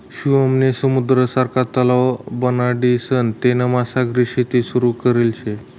शिवम नी समुद्र सारखा तलाव बनाडीसन तेनामा सागरी शेती सुरू करेल शे